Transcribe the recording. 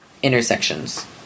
Intersections